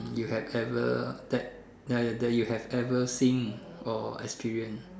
you have ever that that you have ever seen or experienced